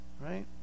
Right